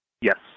Yes